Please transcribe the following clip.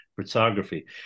photography